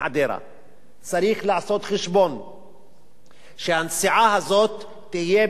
צריך לעשות חשבון שהנסיעה הזאת תהיה בעלות סבירה,